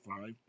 five